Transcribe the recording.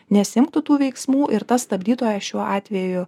nesiimk tu tų veiksmų ir ta stabdytoja šiuo atveju